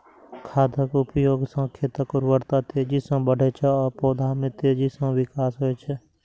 खादक उपयोग सं खेतक उर्वरता तेजी सं बढ़ै छै आ पौधा मे तेजी सं विकास होइ छै